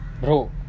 Bro